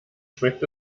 schmeckt